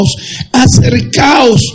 acercaos